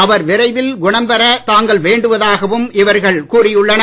அவர் விரைவில் குணம் பெற தாங்கள் வேண்டுவதாகவும் இவர்கள் கூறியுள்ளனர்